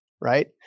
right